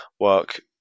work